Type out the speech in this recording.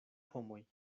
homoj